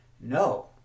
no